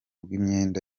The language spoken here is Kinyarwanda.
rw’imyenda